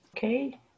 Okay